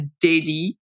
daily